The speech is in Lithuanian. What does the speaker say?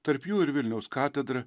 tarp jų ir vilniaus katedra